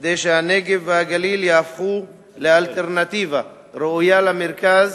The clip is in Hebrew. כדי שהנגב והגליל יהפכו לאלטרנטיבה ראויה למרכז